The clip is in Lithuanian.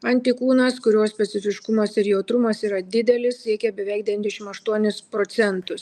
antikūnas kurio specifiškumas ir jautrumas yra didelis siekia beveik devyniasdešim aštuonis procentus